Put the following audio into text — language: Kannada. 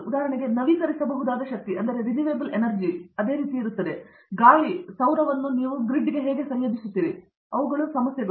ಉದಾಹರಣೆಗೆ ನವೀಕರಿಸಬಹುದಾದ ಶಕ್ತಿಯನ್ನು ಅದೇ ರೀತಿಯಾಗಿ ಗಾಳಿ ಸೌರವನ್ನು ನೀವು ಗ್ರಿಡ್ಗೆ ಹೇಗೆ ಸಂಯೋಜಿಸುತ್ತೀರಿ ಅವುಗಳು ಸಮಸ್ಯೆಗಳು